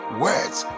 words